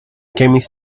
chemist